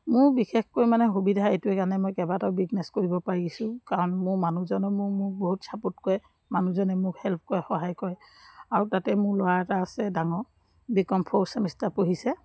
মোৰ বিশেষকৈ মানে সুবিধা এইটোৱেই কাৰণে মই কেইবাটাও বিজনেছ কৰিব পাৰিছোঁ কাৰণ মোৰ মানুহজনে মোৰ মোক বহুত ছাপৰ্ট কৰে মানুহজনে মোক হেল্প কৰে সহায় কৰে আৰু তাতে মোৰ ল'ৰা এটা আছে ডাঙৰ বি কম ফ'ৰ্থ চেমেষ্টাৰ পঢ়িছে